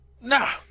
Nah